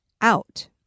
out